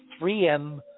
3M